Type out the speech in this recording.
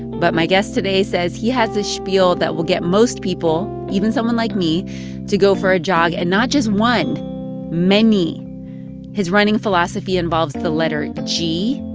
but my guest today says he has a spiel that will get most people even someone like me to go for a jog, and not just one many his running philosophy involves the letter g.